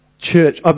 church